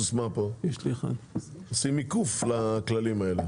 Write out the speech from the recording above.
עושים עיקוף לכללים האלה.